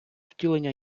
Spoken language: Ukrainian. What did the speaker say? втілення